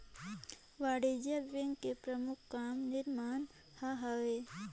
वाणिज्य बेंक के परमुख काम निरमान हर हवे